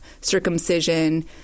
circumcision